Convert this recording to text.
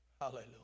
hallelujah